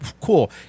cool